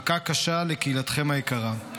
מכה קשה לקהילתכם היקרה.